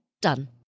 done